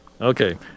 Okay